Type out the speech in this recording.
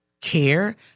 care